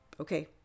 Okay